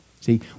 See